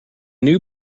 new